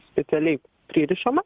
specialiai pririšama